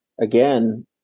again